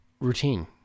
routine